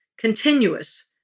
Continuous